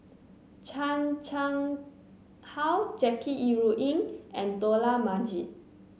Chan Chang How Jackie Yi Ru Ying and Dollah Majid